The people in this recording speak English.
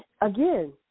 again